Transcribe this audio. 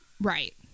Right